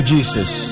Jesus